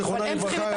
זכרה לברכה,